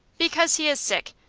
because he is sick.